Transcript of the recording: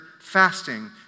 fasting